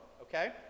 okay